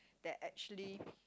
that actually